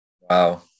Wow